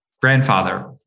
grandfather